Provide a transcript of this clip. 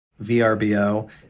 VRBO